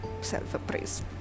self-appraise